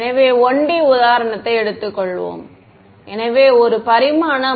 எனவே 1D உதாரணத்தை எடுத்துக்கொள்வோம் எனவே ஒரு பரிமாணம்